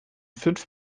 fünf